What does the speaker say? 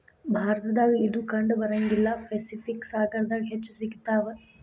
ಭಾರತದಾಗ ಇದು ಕಂಡಬರಂಗಿಲ್ಲಾ ಪೆಸಿಫಿಕ್ ಸಾಗರದಾಗ ಹೆಚ್ಚ ಸಿಗತಾವ